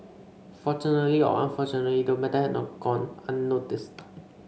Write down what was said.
fortunately or unfortunately the matter had not gone unnoticed